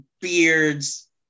beards